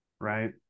Right